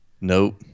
Nope